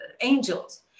angels